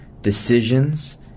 decisions